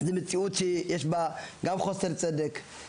יש במציאות הזו חוסר צדק,